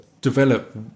develop